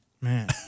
Man